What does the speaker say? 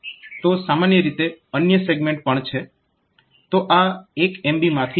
તો સામાન્ય રીતે અન્ય સેગમેન્ટ્સ પણ છે